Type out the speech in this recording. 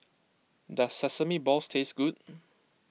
does Sesame Balls taste good